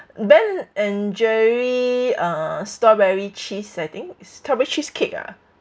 Ben & Jerry uh strawberry cheese I think strawberry cheesecake ah